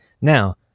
now